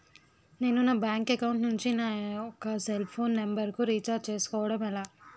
నేను నా bank account నుంచి నా యెక్క సెల్ ఫోన్ నంబర్ కు రీఛార్జ్ చేసుకోవడం ఎలా?